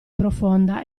profonda